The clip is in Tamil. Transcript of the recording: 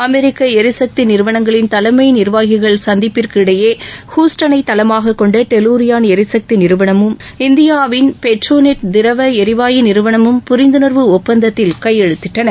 அமெரிக்க எரிசக்தி நிறுவனங்களின் தலைமை நிர்வாகிகள் சந்திப்பிற்கு இடையே ஹூஸ்டனை தளமாகக்கொண்ட டெல்லுரியான் எரிசக்தி நிறுவனமும் இந்தியாவின் டெட்ரோநெட் திரவ எரிவாயு நிறுவனமும் புரிந்துணர்வு ஒப்பந்தத்தில் கையெழுத்திட்டன